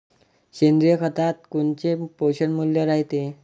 सेंद्रिय खतात कोनचे पोषनमूल्य रायते?